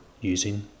using